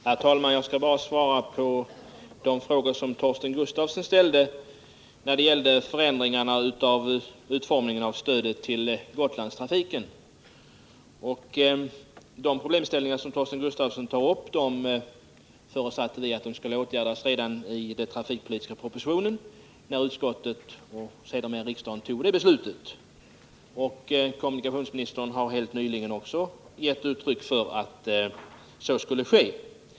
Herr talman! Jag skall bara svara på de frågor som Torsten Gustafsson ställde angående utformningen av stödet till Gotlandstrafiken. De problemställningar som Torsten Gustafsson tar upp förutsatte vi skulle åtgärdas redan i och med att utskottet och sedermera riksdagen fattade beslut med anledning av den trafikpolitiska propositionen. Kommunikationsministern har också helt nyligen givit uttryck för att så skulle ske.